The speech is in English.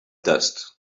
dust